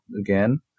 again